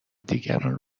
دیگران